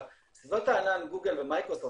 סביבות הענן גוגל ומייקרוסופט,